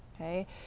okay